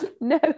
No